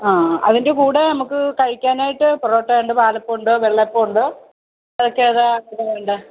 ആഹ് അതിന്റെ കൂടെ നമുക്ക് കഴിക്കാൻ ആയിട്ട് പൊറോട്ടയുണ്ട് പാലപ്പം ഉണ്ട് വെള്ളപ്പം ഉണ്ട് നിങ്ങൾക്ക് ഏതാ ഏതാ വേണ്ടത്